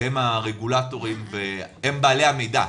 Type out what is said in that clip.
שהם הרגולטורים והם בעלי המידע.